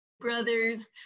brothers